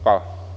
Hvala.